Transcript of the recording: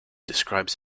describes